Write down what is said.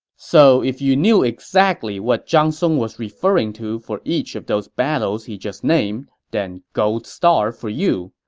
so if you knew exactly what zhang song was referring to for each of those battles he just named, then gold star for you.